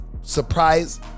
surprise